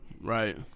Right